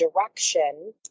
direction